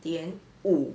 点五